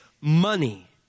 money